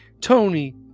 Tony